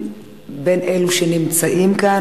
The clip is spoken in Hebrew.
בין אלו שנמצאים כאן,